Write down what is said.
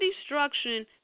destruction